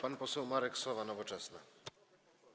Pan poseł Marek Sowa, Nowoczesna.